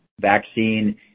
vaccine